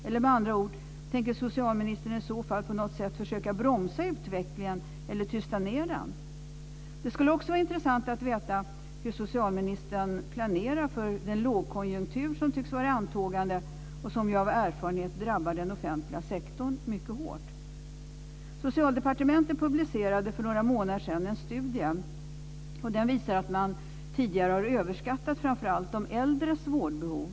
Eller med andra ord: Tänker socialministern i så fall på något sätt försöka bromsa utvecklingen eller tysta ned den? Det skulle också vara intressant att veta hur socialministern planerar för den lågkonjunktur som tycks vara i antågande, och som vi ju av erfarenhet vet drabbar den offentliga sektorn mycket hårt. Socialdepartementet publicerade för några månader sedan en studie. Den visar att man tidigare har överskattat framför allt de äldres vårdbehov.